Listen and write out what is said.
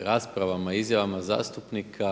o raspravama i izjavama zastupnika